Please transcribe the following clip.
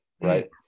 right